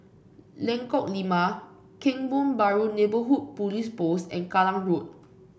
Lengkok Lima Kebun Baru Neighbourhood Police Post and Kallang Road